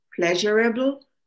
pleasurable